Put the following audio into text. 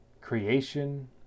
creation